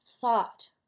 thought